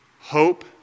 hope